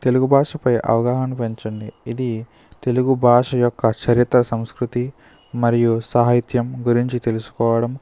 తెలుగు భాషపై అవగాహన పెంచండి ఇది తెలుగు భాష యొక్క చరిత్ర సంస్కృతి మరియు సాహిత్యం గురించి తెలుసుకోవడం